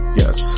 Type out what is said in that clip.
yes